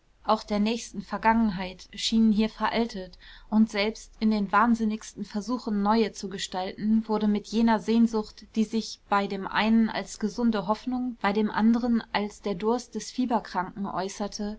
auch der nächsten vergangenheit erschienen hier veraltet und selbst in den wahnsinnigsten versuchen neue zu gestalten wurde mit jener sehnsucht die sich bei dem einen als gesunde hoffnung bei dem anderen als der durst des fieberkranken äußerte